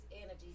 energy